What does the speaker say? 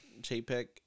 Chapek